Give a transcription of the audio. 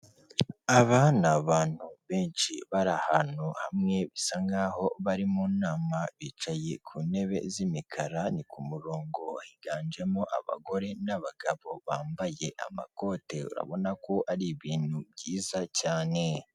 Aba ni abantu benshi, bari ahantu hamwe, bisa nk'aho bari mu nama, bicaye ku ntebe z'imikarara ni ku murongo, higanjemo abagore n'abagabo bambaye amakote, urabona ko ari ibintu byiza cyane.